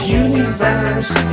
universe